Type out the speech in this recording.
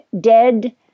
dead